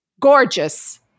Gorgeous